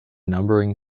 numbering